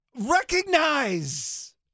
Recognize